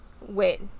wait